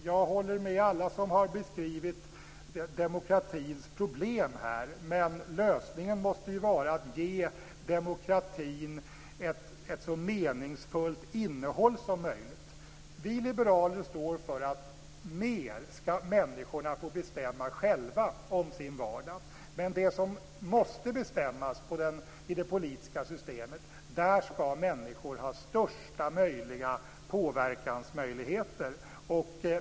Jag håller med alla som har beskrivit demokratins problem här, men lösningen måste vara att ge demokratin ett så meningsfullt innehåll som möjligt. Vi liberaler står för att människor skall få bestämma mer om sin vardag, men när det gäller det som måste bestämmas i det politiska systemet skall människor ha största möjliga påverkansmöjligheter.